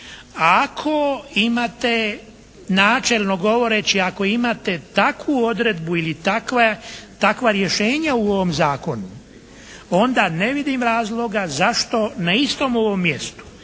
Ako imate načelno govoreći ako imate takvu odredbu ili takva rješenja u ovom zakonu, onda ne vidim razloga zašto na istom ovom mjestu